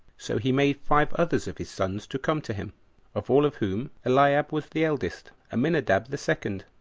so he made five others of his sons to come to him of all of whom eliab was the eldest, aminadab the second,